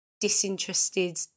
disinterested